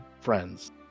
friends